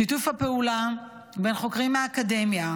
שיתוף הפעולה בין חוקרים מהאקדמיה,